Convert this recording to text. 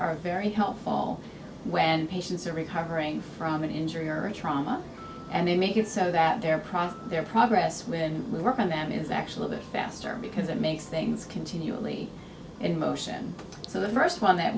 are very helpful when patients are recovering from an injury or a trauma and they make it so that their process their progress when we work on them is actually a bit faster because it makes things continually in motion so the first one that